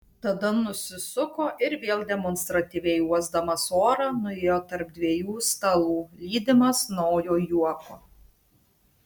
tada nusisuko ir vėl demonstratyviai uosdamas orą nuėjo tarp dviejų stalų lydimas naujo juoko